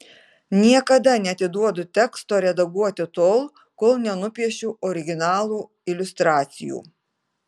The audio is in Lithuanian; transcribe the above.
niekada neatiduodu teksto redaguoti tol kol nenupiešiu originalų iliustracijų